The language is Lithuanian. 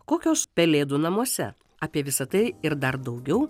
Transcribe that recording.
kokios pelėdų namuose apie visa tai ir dar daugiau